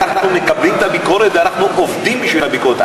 אנחנו מקבלים את הביקורת ואנחנו עובדים בשביל הביקורת.